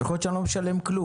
יכול להיות שאני לא משלם כלום,